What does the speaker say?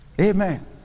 Amen